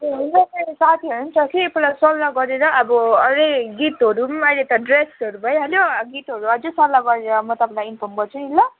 हजुर हुन्छ मेरो साथीहरू पनि छ कि पहिला सल्लाह गरेर अब अरू नै गीतहरू पनि अहिले त ड्रेसहरू भइहाल्यो गीतहरू अझै सल्लाह गरेर म तपाईँलाई इन्फर्म गर्छु नि ल